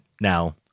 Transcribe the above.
now